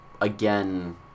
again